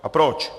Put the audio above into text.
A proč?